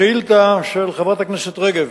השאילתא של חברת הכנסת רגב